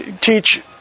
teach